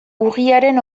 urriaren